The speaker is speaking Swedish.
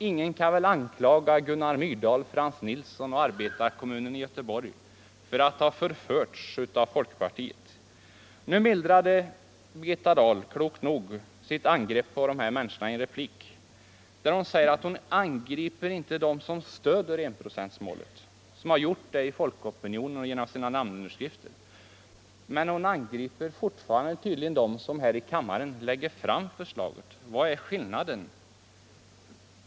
Ingen kan väl anklaga Gunnar Myrdal, Frans Nilsson och arbetarkommunen i Göteborg för att ha förförts av folkpartiet. Nu mildrade Birgitta Dahl klokt nog sitt angrepp på dessa människor i en replik, där hon säger att hon angriper inte dem som stöder enprocentsmålet, som har gjort det i folkopinionen och genom sina namnunderskrifter. Men fru Dahl angriper fortfarande tydligen dem som här i kammaren lägger fram förslaget. Vad är skillnaden?